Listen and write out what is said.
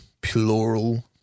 plural